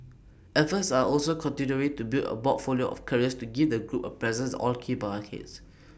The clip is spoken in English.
efforts are also continuing to build A portfolio of carriers to give the group A presences all key markets